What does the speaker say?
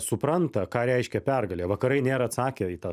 supranta ką reiškia pergalė vakarai nėra atsakę į tą